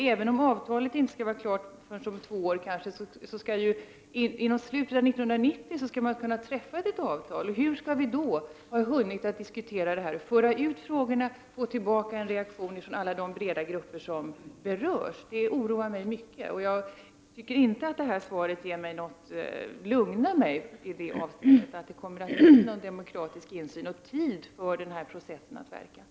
Även om avtalet inte skall vara klart förrän om två år, skall ju ändå ett avtal kunna träffas i slutet av 1990. Hur skall vi då ha hunnit att diskutera detta, föra ut frågorna och få tillbaka en reaktion från alla de breda grupper som berörs? Det oroar mig mycket. Jag tycker inte att detta svar lugnar mig i det avseendet, att det blir en demokratisk insyn och tid för denna process att verka.